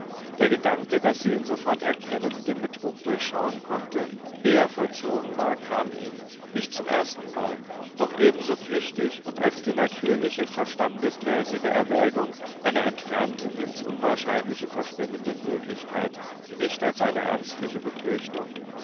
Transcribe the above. der gedanke daß sie ihn sofort erkennen den betrug durchschauen konnte eh er vollzogen war kam ihm nicht zum erstenmal doch ebenso flüchtig und als die natürliche verstandesmäßige erwägung einer entfernten ins unwahrscheinliche verschwimmenden möglichkeit nicht als eine ernstliche befürchtung